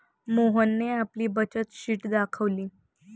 मोहनने आपली बचत शीट दाखवली